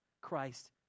Christ